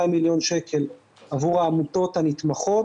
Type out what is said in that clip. של 200 מיליון שקל עבור העמותות הנתמכות.